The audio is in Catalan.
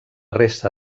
resta